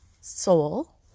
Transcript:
soul